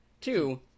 Two